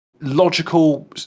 logical